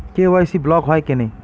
KYC block হয় কেনে?